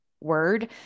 word